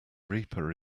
reaper